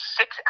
six